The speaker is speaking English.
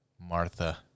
Martha